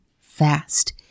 fast